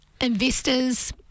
investors